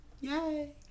yay